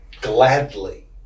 gladly